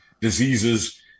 diseases